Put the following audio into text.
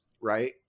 Right